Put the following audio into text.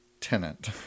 tenant